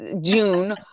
June